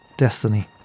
destiny